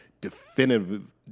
definitive